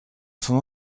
sono